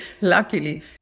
luckily